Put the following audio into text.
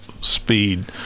speed